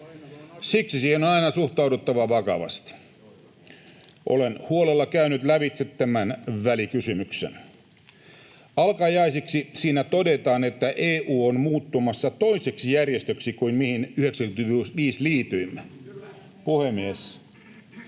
Siksi siihen on aina suhtauduttava vakavasti. Olen huolella käynyt lävitse tämän välikysymyksen. Alkajaisiksi siinä todetaan, että EU on muuttumassa toiseksi järjestöksi kuin mihin 1995 liityimme. Puhemies,